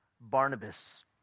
barnabas